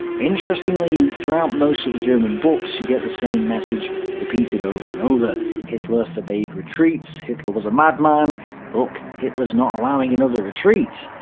interestingly, throughout most of the german books, you get the same message repeated over and over hitler forbade retreats hitler was a madman look hitler's not allowing another retreat.